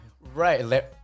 Right